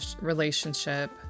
relationship